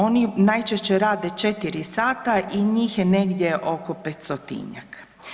Oni najčešće rade 4 sata i njih je negdje oko 500-tinjak.